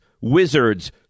Wizards